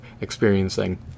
experiencing